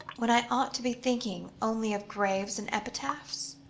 when i ought to be thinking only of graves and epitaphs?